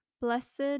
Blessed